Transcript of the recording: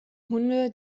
hunde